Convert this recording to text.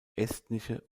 estnische